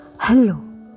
Hello